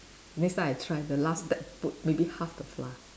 next time I try the last step put maybe half the flour